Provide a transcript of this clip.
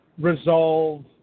resolve